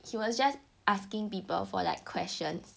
he was just asking people for like questions